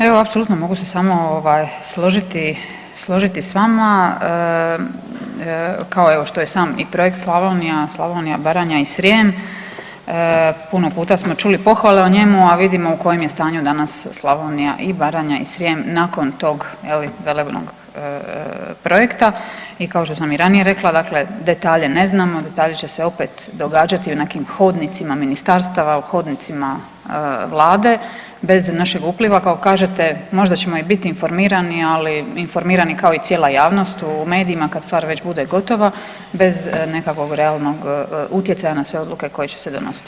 Evo apsolutno mogu se samo složiti s vama, kao evo što je i sam projekt Slavonija, Baranja i Srijem, puno puta smo čuli pohvale o njemu, a vidimo u kojem je stanju danas Slavonija i Baranja i Srijem nakon tog, je li, velebnog projekta i kao što sam i ranije rekla, dakle, detalje ne znamo, detalji će se opet događati u nekim hodnicima ministarstava, u hodnicima Vlade, bez našeg upliva kako kažete, možda ćemo i biti informirani ali informirani kao cijela javnost u medijima kad stvar već bude gotova, bez nekakvog realnog utjecaja na sve odluke koje će se donositi.